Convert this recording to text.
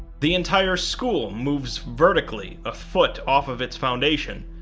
the entire school moves vertically a foot off of its foundation,